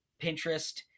Pinterest